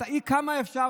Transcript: כמה אפשר,